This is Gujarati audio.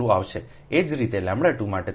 એ જ રીતેλ2 માટે તમે શોધી શકશો કે તે 0